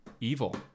evil